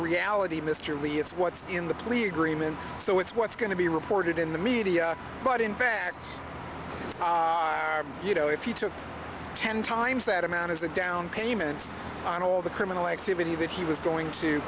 reality mr lee it's what's in the plea agreement so it's what's going to be reported in the media but in fact you know if you took ten times that amount as a downpayment on all the criminal activity that he was going to